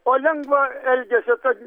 o lengvo elgesio kad